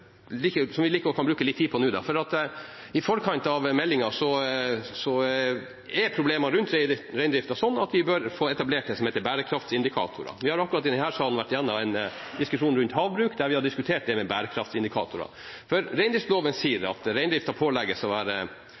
like godt kan bruke litt tid på nå. I forkant av meldingen er problemene rundt reindrifta sånn at vi bør få etablert bærekraftindikatorer. Vi har i denne salen akkurat vært gjennom en diskusjon om havbruk, der vi har diskutert bærekraftindikatorer. Reindriftsloven sier at reindrifta pålegges å være